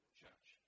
church